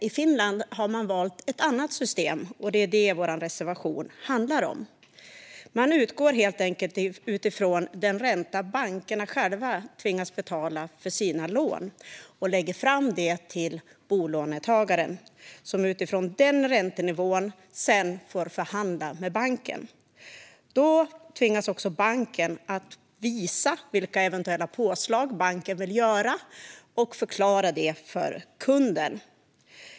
I Finland har man valt ett annat system. Det är det vår reservation handlar om. I Finland utgår man från den ränta som bankerna själva tvingas betala för sina lån. De lägger fram den för bolånetagaren som utifrån den räntenivån får förhandla med banken. Då tvingas också banken visa vilka eventuella påslag den vill göra och förklara dem för kunden.